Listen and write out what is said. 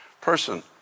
person